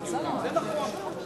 זה לא מפחית מעוצמת הטיעונים.